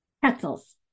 Pretzels